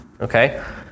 Okay